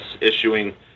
issuing